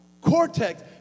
cortex